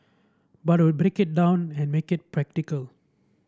but I would break it down and make it practical